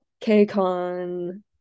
k-con